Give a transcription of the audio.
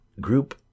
group